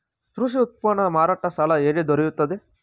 ಕೃಷಿ ಉತ್ಪನ್ನ ಮಾರಾಟ ಸಾಲ ಹೇಗೆ ದೊರೆಯುತ್ತದೆ?